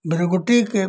भ्रगुटी के